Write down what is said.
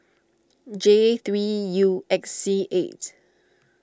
J three U X C eight